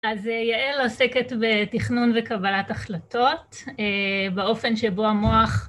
אז יעל עוסקת בתכנון וקבלת החלטות באופן שבו המוח